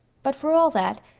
but for all that,